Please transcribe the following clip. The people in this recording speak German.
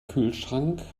kühlschrank